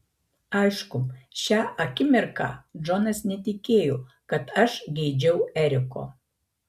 aišku šią akimirką džonas netikėjo kad aš geidžiau eriko